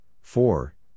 four